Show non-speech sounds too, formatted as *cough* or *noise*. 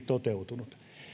*unintelligible* toteutuu